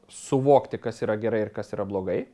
suvokti kas yra gerai ir kas yra blogai